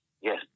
Yes